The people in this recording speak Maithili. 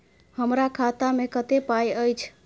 हमरा खाता में कत्ते पाई अएछ?